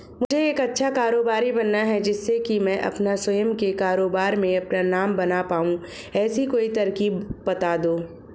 मुझे एक अच्छा कारोबारी बनना है जिससे कि मैं अपना स्वयं के कारोबार में अपना नाम बना पाऊं ऐसी कोई तरकीब पता दो?